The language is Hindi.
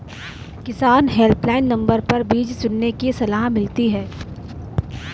किसान हेल्पलाइन नंबर पर बीज चुनने की सलाह मिलती है